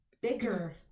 bigger